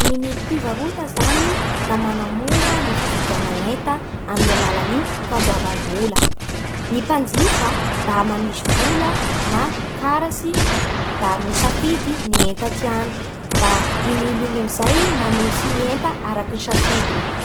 Ny milim-pivarota zany da manamora ny fividiana enta amin'ny alalan'ny fandoavam-bola. Ny mpanjifa da manisy vola na karatsy da misafidy ny enta tiagny, da igny mily igny amin'izay manolotsy ny enta araky ny safidiny.